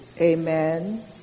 amen